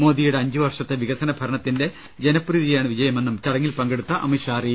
മോദിയുടെ അഞ്ചുവർഷത്തെ വികസന ഭരണ ത്തിന്റെ ജനപ്രീതിയാണ് വിജയമെന്നും ചടങ്ങിൽ പങ്കെടുത്ത അമിത് ഷാ പറഞ്ഞു